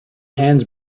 hands